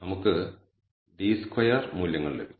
നമുക്ക് d2 d square മൂല്യങ്ങൾ ലഭിക്കും